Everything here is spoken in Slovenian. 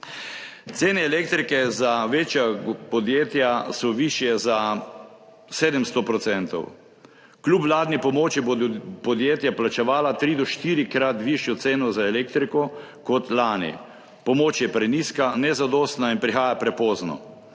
Cene elektrike za večja podjetja so višje za 700 %. Kljub vladni pomoči bodo podjetja plačevala tri do štirikrat višjo ceno za elektriko kot lani. Pomoč je prenizka, nezadostna in prihaja prepozno.